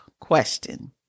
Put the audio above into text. question